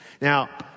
Now